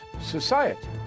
society